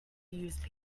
used